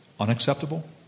Unacceptable